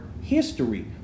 history